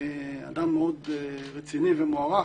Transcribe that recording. אדם מאוד רציני ומוערך,